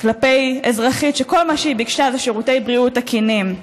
כלפי אזרחית שכל מה שהיא ביקשה זה שירותי בריאות תקינים.